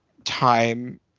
time